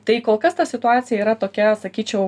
tai kol kas ta situacija yra tokia sakyčiau